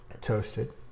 toasted